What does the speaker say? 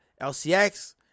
Lcx